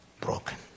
broken